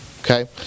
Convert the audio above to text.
Okay